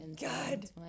God